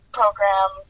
program